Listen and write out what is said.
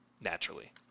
naturally